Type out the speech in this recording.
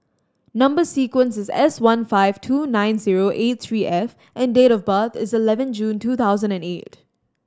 number sequence is S one five two nine zero eight three F and date of birth is eleven June two thousand and eight